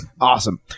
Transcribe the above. Awesome